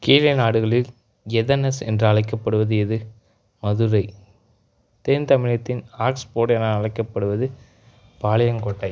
கீழைநாடுகளில் Athens என்று அழைக்கப்படுவது எது மதுரை தென் தமிழகத்தின் ஆக்ஸ்போர்டு என அழைக்கப்படுவது பாளையங்கோட்டை